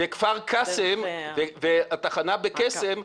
התחנה בקסם,